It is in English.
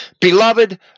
Beloved